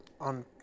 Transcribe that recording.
on